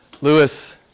Lewis